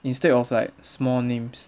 instead of like small names